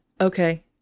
Okay